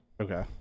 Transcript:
Okay